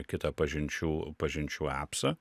kitą pažinčių pažinčių epsą